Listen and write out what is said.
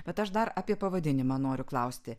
bet aš dar apie pavadinimą noriu klausti